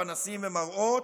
פנסים ומראות,